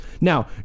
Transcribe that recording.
now